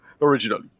originally